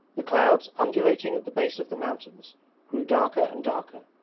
the clouds undulating at the base of the mountains grew darker and darker.